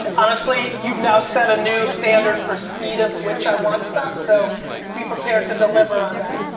and honestly, you've now set a new standard for speed at which i want stuff so be prepared to deliver on that.